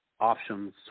options